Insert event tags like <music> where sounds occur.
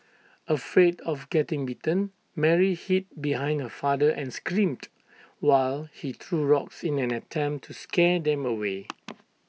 afraid of getting bitten Mary hid behind her father and screamed while he threw rocks in an attempt to scare them away <noise>